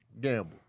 Gamble